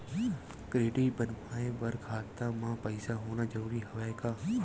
Credit बनवाय बर खाता म पईसा होना जरूरी हवय का?